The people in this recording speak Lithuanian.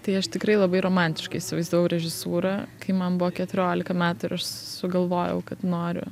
tai aš tikrai labai romantiškai įsivaizdavau režisūrą kai man buvo keturiolika metų ir aš sugalvojau kad noriu